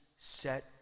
set